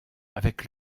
avec